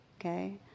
Okay